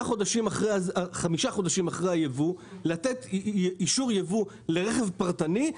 חודשים אחרי הייבוא לתת אישור ייבוא לרכב פרטני?